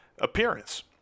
appearance